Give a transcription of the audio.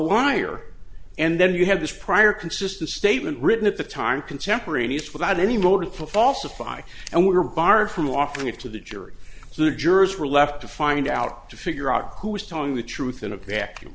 liar and then you have this prior consistent statement written at the time contemporaneous without any motive for falsifying and were barred from offering it to the jury so the jurors were left to find out to figure out who was telling the truth in a vacuum